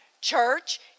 Church